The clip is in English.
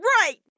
right